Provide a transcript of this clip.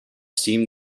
steam